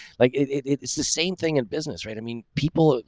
like, it's the same thing in business, right? i mean people,